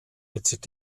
mit